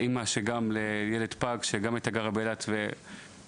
אימא לפג שגם גרה באילת בזמנו,